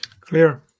Clear